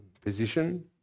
position